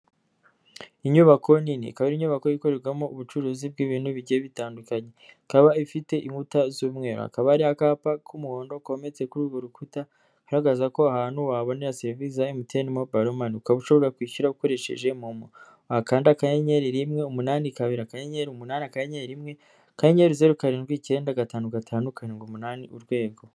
inyubako nini ikaba ari inyubako ikorerwamo ubucuruzi bw'ibintu bigiye bitandukanye ikaba ifite inkuta z'umwerukaba ari akapa k'umuhondo kometse kuri rwo rukuta kagaragaza ko aho ahantu wabonera serivisi za mtn mobilemani ukaba ushobora kwishyura ukoresheje kandi akanyenyeri rimwe umunani kabiri kanyenyeri umunani kanyeri rimwe kanyenyeri zeru karindwi icyenda gatanu gatanu karindwi umunani urwego